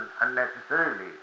unnecessarily